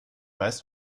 weiß